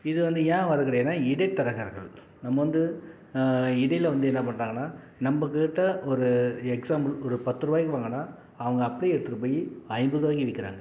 இது வந்து ஏன் வர்றது கிடையாதுனா இடைத்தரகர்கள் நம்ம வந்து இடையில் வந்து என்ன பண்ணுறாங்கனா நம்பக்கிட்ட ஒரு எக்ஸாம்புள் ஒரு பத்துரூவாக்கி வாங்கினா அவங்க அப்படியே எடுத்துகிட்டு போய் ஐம்பதுரூவாய்க்கி விற்கிறாங்க